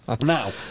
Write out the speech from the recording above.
Now